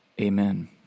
amen